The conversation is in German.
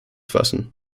fassen